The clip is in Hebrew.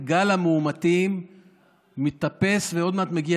אנחנו רואים את גל המאומתים מטפס ועוד מעט מגיע